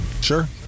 Sure